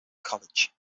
college